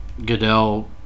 Goodell